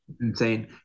Insane